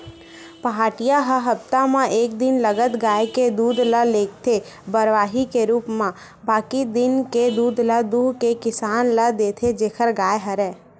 पहाटिया ह हप्ता म एक दिन लगत गाय के दूद ल लेगथे बरवाही के रुप म बाकी दिन के दूद ल दुहू के किसान ल देथे जेखर गाय हरय